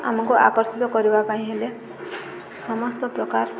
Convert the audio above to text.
ଆମକୁ ଆକର୍ଷିତ କରିବା ପାଇଁ ହେଲେ ସମସ୍ତ ପ୍ରକାର